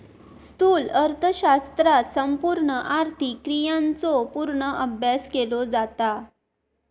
स्थूल अर्थशास्त्रात संपूर्ण आर्थिक क्रियांचो पूर्ण अभ्यास केलो जाता